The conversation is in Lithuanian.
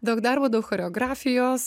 darbo daug choreografijos